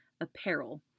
Apparel